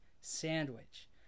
sandwich